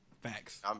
Facts